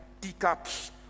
teacups